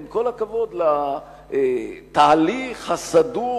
עם כל הכבוד לתהליך הסדור,